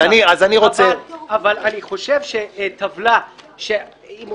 אז אני רוצה --- אבל אני חושב שטבלה שמופיעה,